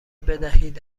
بدهید